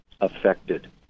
affected